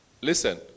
listen